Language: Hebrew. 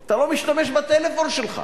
אתה לא משתמש בטלפון שלך,